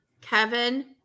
Kevin